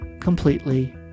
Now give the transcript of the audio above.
completely